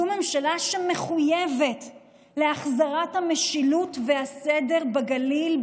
זו ממשלה שמחויבת להחזרת המשילות והסדר בגליל,